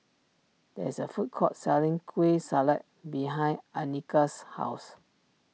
there is a food court selling Kueh Salat behind Annika's house